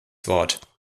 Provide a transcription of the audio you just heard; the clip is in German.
wort